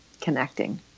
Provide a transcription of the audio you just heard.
connecting